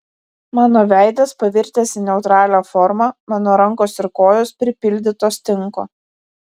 mano veidas pavirtęs į neutralią formą mano rankos ir kojos pripildytos tinko